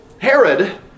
Herod